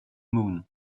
moon